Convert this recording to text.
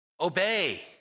obey